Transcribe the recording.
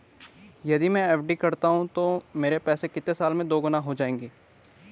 यदि मैं एफ.डी करता हूँ तो मेरे पैसे कितने साल में दोगुना हो जाएँगे?